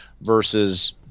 versus